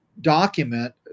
document